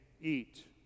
eat